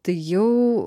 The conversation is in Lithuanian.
tai jau